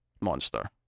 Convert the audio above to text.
monster